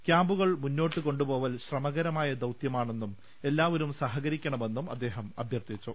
ക്യാമ്പുകൾ മുന്നോട്ട് കൊണ്ടുപോവൽ ശ്രമകരമായ ദൌത്യമാണെന്നും എല്ലാവരും സഹ കരിക്കണമെന്നും അദ്ദേഹം അഭ്യർത്ഥിച്ചു